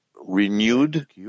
renewed